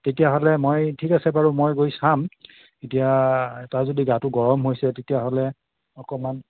তেতিয়াহ'লে মই ঠিক আছে বাৰু মই গৈ চাম এতিয়া তাৰ যদি গাটো গৰম হৈছে তেতিয়াহ'লে অকণমান